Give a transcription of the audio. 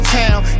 town